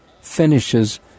finishes